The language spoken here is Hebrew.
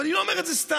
ואני לא אומר את זה סתם.